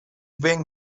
ben